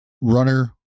Runner